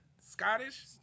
Scottish